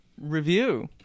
review